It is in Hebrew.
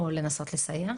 או לנסות לסייע?